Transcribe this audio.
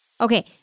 Okay